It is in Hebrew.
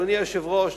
אדוני היושב-ראש,